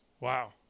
Wow